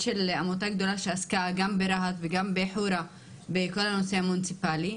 עמותה שעסקה ברהט ובחורה בכל הנושא המוניציפאלי,